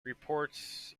reports